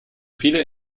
viele